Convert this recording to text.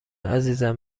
عزیزم